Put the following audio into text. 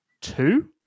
two